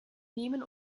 nehmen